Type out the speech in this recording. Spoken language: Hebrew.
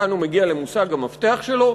כאן הוא מגיע למושג המפתח שלו,